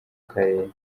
karere